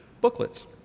booklets